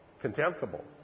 contemptible